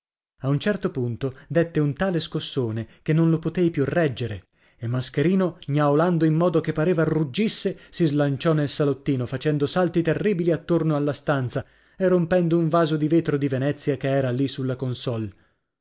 a un certo punto dètte un tale scossone che non lo potei più reggere e mascherino gnaolando in modo che pareva ruggisse si slanciò nel salottino facendo salti terribili attorno alla stanza e rompendo un vaso di vetro di venezia che era lì sulla consolle